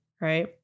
right